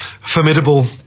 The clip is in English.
Formidable